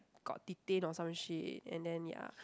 got detained or some shit and then ya